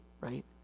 right